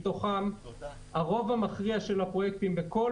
מתוכם הרוב המכריע של הפרויקט בכל